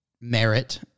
merit